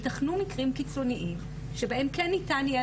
ייתכנו מקרים קיצוניים שבהם כן ניתן יהיה